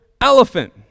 elephant